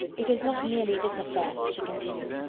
it is not merely this affair, she continued,